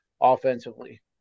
offensively